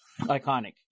iconic